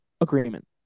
agreement